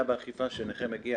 כאשר נכה מגיע